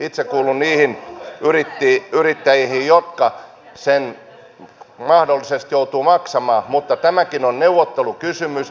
itse kuulun niihin yrittäjiin jotka sen mahdollisesti joutuvat maksamaan mutta tämäkin on neuvottelukysymys